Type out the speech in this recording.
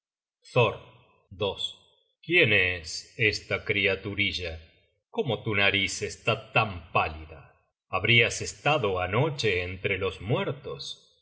reposo thor quién es esta criaturilla cómo tu nariz está tan pálida habrias estado anoche entre los muertos